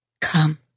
Come